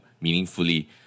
meaningfully